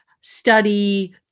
study